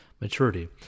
maturity